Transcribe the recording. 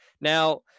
now